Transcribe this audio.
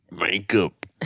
Makeup